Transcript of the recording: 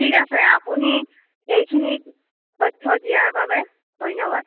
ঠিক আছে আপুনি এইখিনি তথ্য দিয়াৰ বাবে ধন্যবাদ